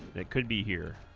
that could be here